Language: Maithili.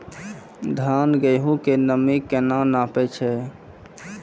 धान, गेहूँ के नमी केना नापै छै?